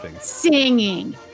singing